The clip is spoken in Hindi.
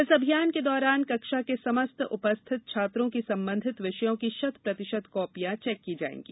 इस अभियान के दौरान कक्षा के समस्त उपस्थित छात्रों की संबंधित विषयों की शत प्रतिशत कापियां चेक की जायेगी